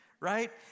right